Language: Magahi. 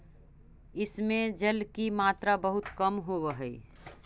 इस में जल की मात्रा बहुत कम होवअ हई